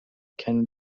can